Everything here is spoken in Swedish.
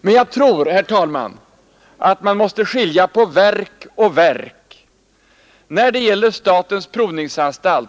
Men jag tror, herr talman, att man måste skilja på verk och verk. När det gäller statens provningsanstalt